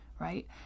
right